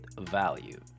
value